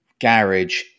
garage